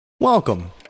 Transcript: Welcome